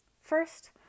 First